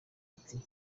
ati